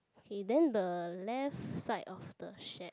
okay then the left side of the shed